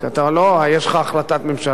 יש לך החלטת ממשלה?